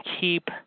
keep